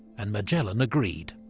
and magellan agreed.